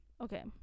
Okay